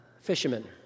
fishermen